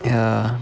ya